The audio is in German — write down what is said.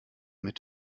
mit